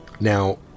now